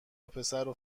وپسرو